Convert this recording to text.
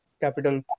Capital